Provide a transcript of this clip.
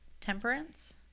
temperance